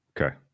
Okay